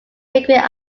frequent